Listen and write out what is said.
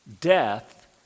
death